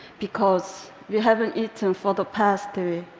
because we haven't eaten for the past three